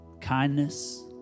Kindness